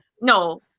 no